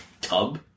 tub